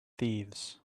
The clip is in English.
thieves